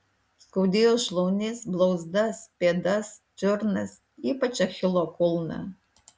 skaudėjo šlaunis blauzdas pėdas čiurnas ypač achilo kulną